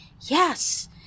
yes